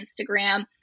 Instagram